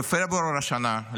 בפברואר השנה,